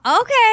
okay